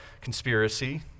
conspiracy